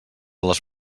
les